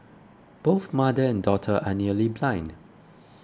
both mother and daughter are nearly blind